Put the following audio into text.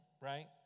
right